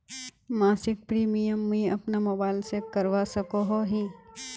मासिक प्रीमियम मुई अपना मोबाईल से करवा सकोहो ही?